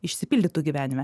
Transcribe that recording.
išsipildytų gyvenime